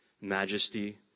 majesty